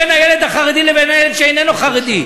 בין הילד החרדי לבין הילד שאיננו חרדי.